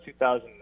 2009